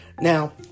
Now